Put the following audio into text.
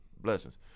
Blessings